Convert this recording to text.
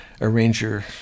arranger